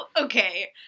okay